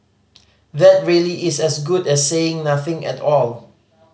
that really is as good as saying nothing at all